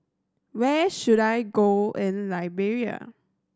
where should I go in Liberia